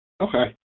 Okay